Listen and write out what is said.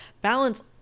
balance